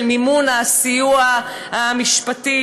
של מימון הסיוע המשפטי,